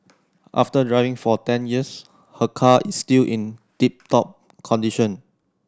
after driving for ten years her car is still in tip top condition